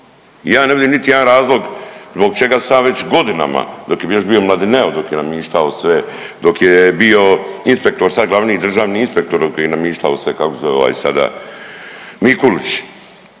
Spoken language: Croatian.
Ja ne vidim niti jedan razlog zbog čega sam ja već godinama, dok je bio još Mladineo dok je namištao sve, dok je bio inspektor sad, glavni državni inspektor, .../Govornik se ne razumije./... namištao sve, kako se zove ovaj sada, Mikulić